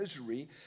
misery